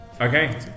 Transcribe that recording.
Okay